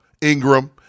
Ingram